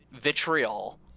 vitriol